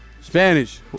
Spanish